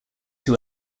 two